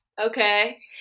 Okay